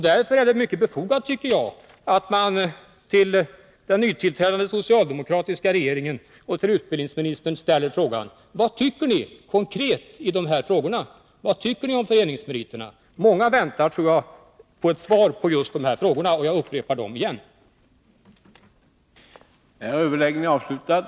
Därför är det mycket befogat att fråga den nytillträdande socialdemokratiska regeringen och utbildningsministern: Vad tycker ni konkret i de här frågorna? Vad tycker ni om föreningsmeriterna? Många väntar på svar på just dessa frågor, och därför upprepar jag dem.